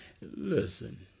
Listen